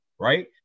right